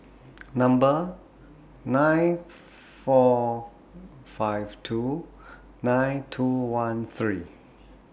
Number nine four five two nine two one three